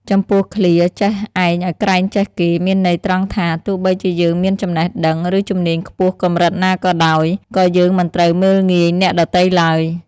ចំពោះឃ្លា "ចេះឯងឲ្យក្រែងចេះគេ" មានន័យត្រង់ថា ទោះបីជាយើងមានចំណេះដឹង ឬជំនាញខ្ពស់កម្រិតណាក៏ដោយ ក៏យើងមិនត្រូវមើលងាយអ្នកដទៃឡើយ។